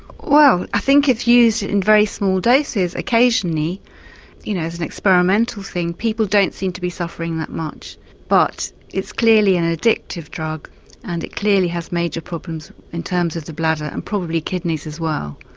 well i think if used in very small doses occasionally you know as an experimental thing, people don't seem to be suffering that much but it's clearly an addictive drug and it clearly has major problems in terms of the bladder and probably the kidneys as well.